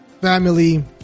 Family